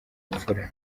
imfura